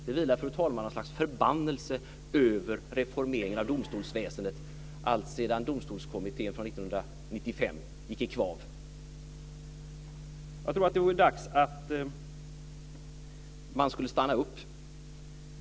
Det vilar, fru talman, något slags förbannelse över reformeringen av domstolsväsendet alltsedan Domstolskommittén från 1995 gick i kvav. Jag tror att det är dags att stanna upp.